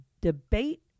debate